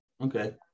Okay